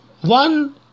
One